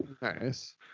Nice